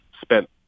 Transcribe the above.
spent